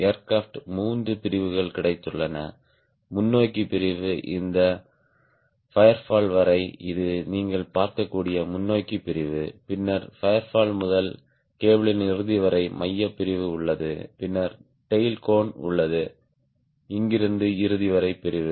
aircraft மூன்று பிரிவுகள் கிடைத்துள்ளன முன்னோக்கி பிரிவு இந்த ஃபயர்வால் வரை இது நீங்கள் பார்க்கக்கூடிய முன்னோக்கி பிரிவு பின்னர் ஃபயர்வால் முதல் கேபிளின் இறுதி வரை மையப் பிரிவு உள்ளது பின்னர் டேய்ல் கோண் உள்ளது இங்கிருந்து இறுதி வரை பிரிவு